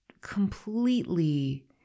completely